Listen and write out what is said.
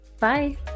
Bye